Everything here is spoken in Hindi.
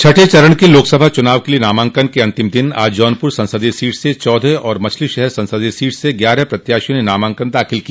छठें चरण के लोकसभा चुनाव के लिये नामांकन के अंतिम दिन आज जौनपुर संसदीय सीट से चौदह और मछलीशहर संसदीय सीट से ग्यारह प्रत्याशियों ने नामांकन दाखिल किया